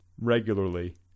regularly